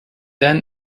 then